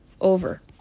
over